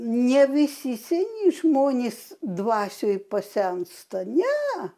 ne visi seni žmonės dvasioj pasensta ne